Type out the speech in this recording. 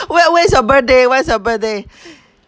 when when is your birthday when is your birthday